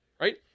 right